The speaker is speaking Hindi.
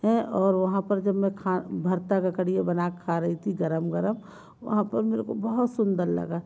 है और वहाँ पर जब मैं खा भरते की कड़ी बना खा रही थी गर्म गर्म वहाँ पर मेरे को बहुत सुंदर लगा